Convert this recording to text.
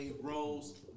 Rose